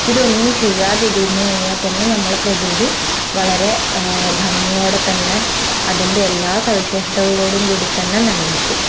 ഇതൊന്നും ചെയ്യാതിരുന്നു കഴിഞ്ഞാൽ തന്നെ നമ്മളുടെ പ്രകൃതി വളരെ ഭംഗിയോടെ തന്നെ അതിൻ്റെ എല്ലാ സവിശേഷതകളോടും കൂടി തന്നെ നില നിൽക്കും